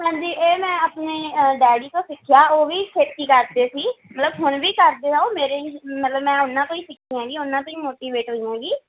ਹਾਂਜੀ ਇਹ ਮੈਂ ਆਪਣੇ ਡੈਡੀ ਤੋਂ ਸਿੱਖਿਆ ਉਹ ਵੀ ਖੇਤੀ ਕਰਦੇ ਸੀ ਮਤਲਬ ਹੁਣ ਵੀ ਕਰਦੇ ਆ ਉਹ ਮੇਰੇ ਮਤਲਬ ਮੈਂ ਉਹਨਾਂ ਤੋਂ ਹੀ ਸਿੱਖੀ ਹੈਗੀ ਉਹਨਾਂ ਤੋਂ ਹੀ ਮੋਟੀਵੇਟ ਹੋਈ ਹੈਗੀ